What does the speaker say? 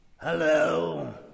Hello